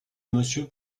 monsieur